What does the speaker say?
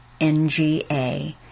NGA